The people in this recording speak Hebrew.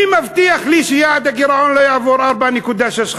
מי מבטיח לי שיעד הגירעון לא יעבור 4.65%?